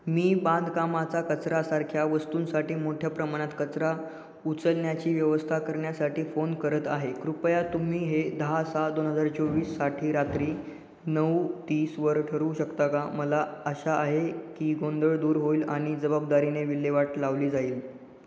मी बांधकामाचा कचरा सारख्या वस्तूंसाठी मोठ्या प्रमाणात कचरा उचलण्याची व्यवस्था करण्यासाठी फोन करत आहे कृपया तुम्ही हे दहा सहा दोन हजार चोवीससाठी रात्री नऊ तीसवर ठरवू शकता का मला आशा आहे की गोंधळ दूर होईल आणि जबाबदारीने विल्हेवाट लावली जाईल